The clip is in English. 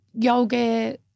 yoga